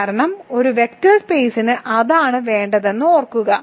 കാരണം ഒരു വെക്റ്റർ സ്പെയ്സിന് അതാണ് വേണ്ടതെന്ന് ഓർക്കുക